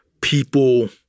People